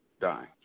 dying